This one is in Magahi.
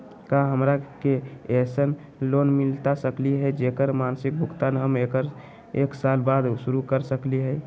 का हमरा के ऐसन लोन मिलता सकली है, जेकर मासिक भुगतान हम एक साल बाद शुरू कर सकली हई?